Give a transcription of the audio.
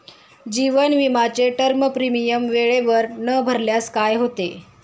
जीवन विमाचे term premium वेळेवर न भरल्यास काय होते?